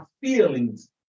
feelings